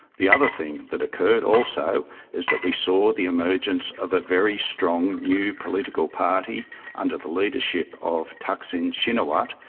the other thing that occurred also is that we saw the emergence of a very strong new political party under the leadership of thaksin shinawatra,